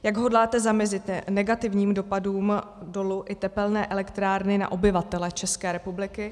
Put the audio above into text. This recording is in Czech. Jak hodláte zamezit negativním dopadům dolu i tepelné elektrárny na obyvatele České republiky?